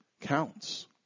counts